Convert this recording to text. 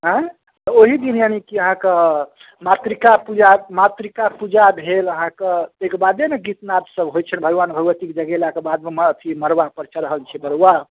आइ तऽ ओहि दिन यानी कि अहाँके मातृका पूजा मातृका पूजा भेल अहाँके ताहि के बादे ने गीत नाद सभ होइ छनि भगबान भगबती के जगेला के बाद मे अथी मड़बा पर चढ़ै छै बड़ुआ